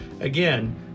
Again